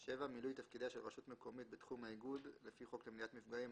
'(7) מילוי תפקידיה של רשות מקומית בתחום האיגוד לפי חוק למניעת מפגעים,